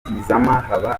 haba